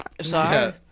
Sorry